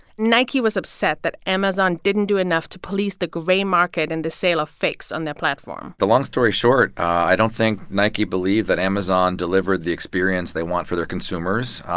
nike was upset that amazon didn't do enough to police the gray market and the sale of fakes on their platform the long story short, i don't think nike believed that amazon delivered the experience they want for their consumers.